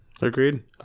Agreed